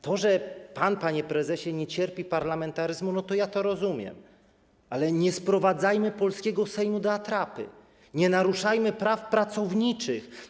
To, że pan, panie prezesie, nie cierpi parlamentaryzmu, ja rozumiem, ale nie sprowadzajmy polskiego Sejmu do atrapy, nie naruszajmy praw pracowniczych.